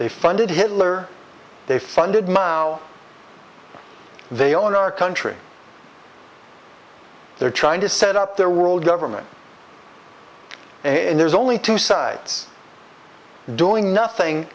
they funded hitler they funded myle they own our country they're trying to set up their world government and there's only two sides doing nothing